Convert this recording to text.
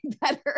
better